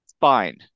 fine